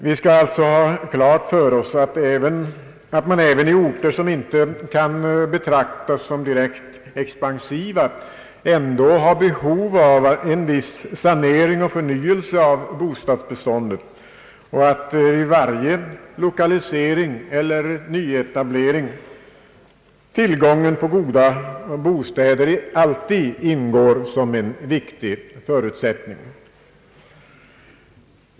Vi skall alltså ha klart för oss att man även i orter som inte kan betraktas som direkt expansiva ändå har behov av en viss sanering och förnyelse av bostadsbeståndet och att vid 1okalisering eller nyetablering tillgången på goda bostäder alltid ingår som en viktig förutsättning.